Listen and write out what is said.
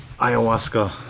Ayahuasca